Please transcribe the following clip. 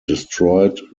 destroyed